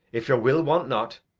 if your will want not,